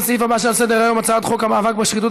לסעיף הבא שעל סדר-היום: הצעת חוק המאבק בשחיתות